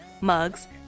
mugs